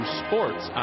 sports